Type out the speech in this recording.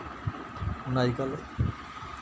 हु'न अजकल्ल